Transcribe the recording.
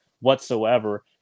whatsoever